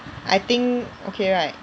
I think okay right